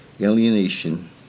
alienation